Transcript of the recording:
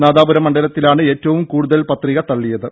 നാദാപുരം മണ്ഡലത്തിലാണ് ഏറ്റവും കൂടുതൽ പത്രിക തള്ളിയത്